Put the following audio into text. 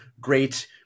great